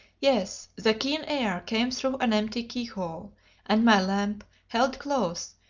yes, the keen air came through an empty keyhole and my lamp, held close,